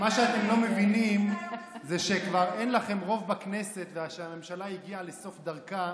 מה שאתם לא מבינים זה שכבר אין לכם רוב בכנסת ושהממשלה הגיעה לסוף דרכה,